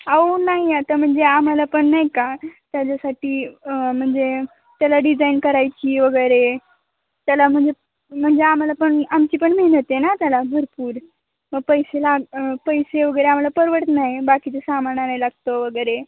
आहो नाही आता म्हणजे आम्हाला पण नाही का त्याच्यासाठी म्हणजे त्याला डिझाईन करायची वगैरे त्याला म्हणजे म्हणजे आम्हाला पण आमची पण मेहनत आहे ना त्याला भरपूर मग पैसे लाग पैसे वगैरे आम्हाला परवडत नाही बाकीचे सामान आणाय लागतं वगैरे